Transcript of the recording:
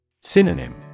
Synonym